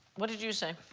what did you say?